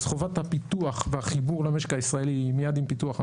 אז חובת הפיתוח והחיבור למשק הישראלי היא מייד עם פיתוח המאגר.